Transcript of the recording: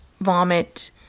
vomit